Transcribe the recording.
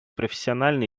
профессионально